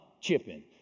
chipping